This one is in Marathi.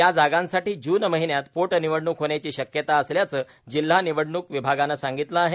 या जागांसाठी जून महिन्यात पोट निवडणूक होण्याची शक्यता असल्याचं जिल्हा निवडणूक विभागानं सांगितलं आहे